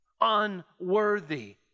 Unworthy